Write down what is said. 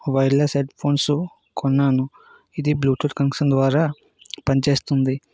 wireless headphones కొన్నాను ఇది bluetooth connection ద్వారా పనిచేస్తుంది